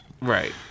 right